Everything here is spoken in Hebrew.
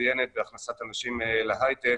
מצוינת בהכנסת אנשים להייטק,